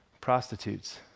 Prostitutes